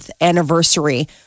anniversary